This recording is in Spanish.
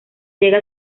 llega